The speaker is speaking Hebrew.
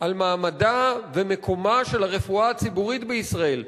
על מעמדה ומקומה של הרפואה הציבורית בישראל,